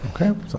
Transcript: Okay